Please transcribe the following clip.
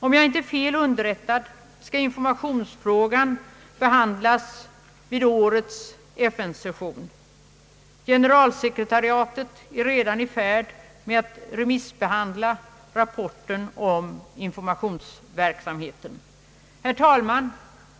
Om jag inte är fel underrättad skall informationsfrågorna behandlas vid årets FN-session. Generalsekretariatet är redan i färd med att remissbehandla rapporten om informationsverksamheten. Herr talman!